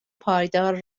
پایدار